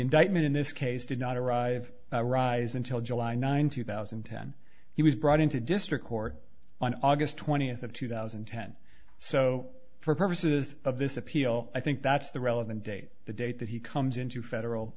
indictment in this case did not arrive rise until july ninth two thousand and ten he was brought into district court on august twentieth of two thousand and ten so for purposes of this appeal i think that's the relevant date the date that he comes into federal